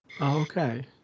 Okay